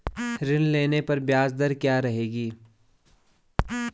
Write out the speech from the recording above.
ऋण लेने पर ब्याज दर क्या रहेगी?